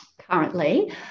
currently